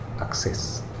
access